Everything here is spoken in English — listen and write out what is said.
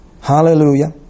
Hallelujah